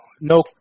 no